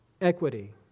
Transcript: equity